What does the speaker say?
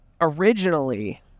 originally